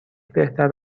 بهتر